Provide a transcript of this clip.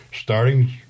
Starting